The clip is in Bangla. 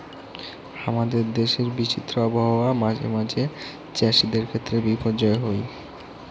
হামাদের দেশের বিচিত্র আবহাওয়া মাঝে মাঝে চ্যাসিদের ক্ষেত্রে বিপর্যয় হই